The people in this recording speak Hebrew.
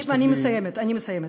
אני מסיימת, אני מסיימת.